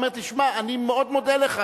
והוא אומר: תשמע, אני מאוד מודה לך,